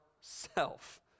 self